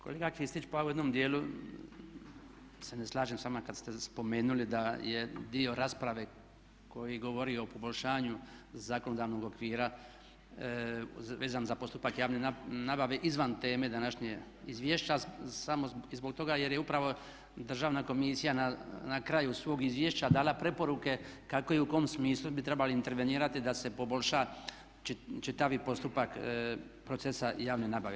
Kolega Kristić pa evo u jednom dijelu se ne slažem s vama kad ste spomenuli da je dio rasprave koji govori o poboljšanju zakonodavnog okvira vezano za postupak javne nabave izvan teme današnjeg izvješća samo zbog toga jer je upravo Državna komisija na kraju svog izvješća dala preporuke kako i u kom smislu bi trebali intervenirati da se poboljša čitavi postupak procesa javne nabave.